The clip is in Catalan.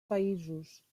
països